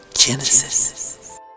Genesis